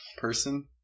person